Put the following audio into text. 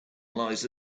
lies